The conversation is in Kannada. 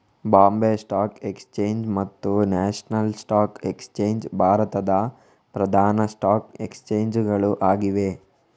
ಬಾಂಬೆ ಸ್ಟಾಕ್ ಎಕ್ಸ್ಚೇಂಜ್ ಮತ್ತು ನ್ಯಾಷನಲ್ ಸ್ಟಾಕ್ ಎಕ್ಸ್ಚೇಂಜ್ ಭಾರತದ ಪ್ರಧಾನ ಸ್ಟಾಕ್ ಎಕ್ಸ್ಚೇಂಜ್ ಗಳು ಆಗಿವೆ